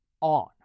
on